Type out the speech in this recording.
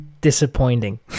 Disappointing